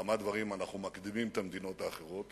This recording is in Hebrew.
שבכמה דברים אנחנו מקדימים את המדינות האחרות.